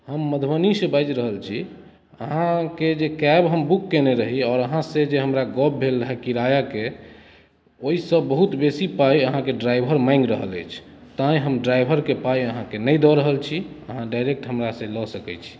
हम मधुबनीसँ बाजि रहल छी अहाँके जे कैब हम बुक केने रहि आओर अहाँसँ जे हमरा गप भेल रहै किरायाके ओइसँ बहुत बेसी पाइ अहाँके ड्राइवर माँगि रहल अछि तैं हम ड्राइवरके पाइ अहाँके नहि दअ रहल छी अहाँ डाइरेक्ट हमरासँ लअ सकै छी